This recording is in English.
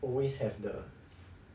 always have the